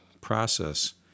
process